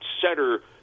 setter